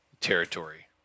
territory